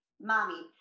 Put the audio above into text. mommy